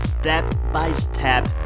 step-by-step